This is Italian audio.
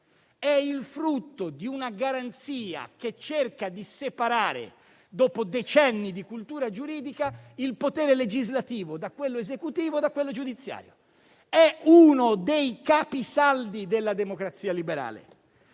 è il frutto di una garanzia che cerca di separare, dopo decenni di cultura giuridica, il potere legislativo da quello esecutivo e da quello giudiziario. È uno dei capisaldi della democrazia liberale.